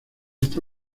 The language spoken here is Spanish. esta